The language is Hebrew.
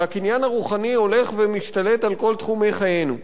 והקניין הרוחני הולך ומשתלט על כל תחומי חיינו.